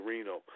Reno